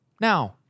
now